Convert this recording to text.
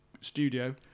studio